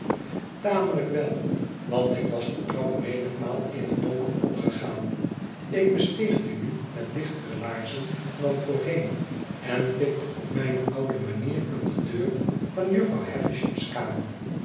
tamelijk wel want ik was de trap menigmaal in het donker opgegaan ik besteeg die nu met lichtere laarzen dan voorheen en tikte op mijne oude manier aan de deur van jufvrouw havisham's kamer